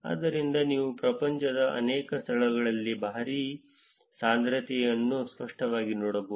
ಆದ್ದರಿಂದ ನೀವು ಪ್ರಪಂಚದ ಅನೇಕ ಸ್ಥಳಗಳಲ್ಲಿ ಭಾರೀ ಸಾಂದ್ರತೆಯನ್ನು ಸ್ಪಷ್ಟವಾಗಿ ನೋಡಬಹುದು